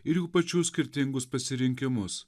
ir jų pačių skirtingus pasirinkimus